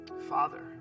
Father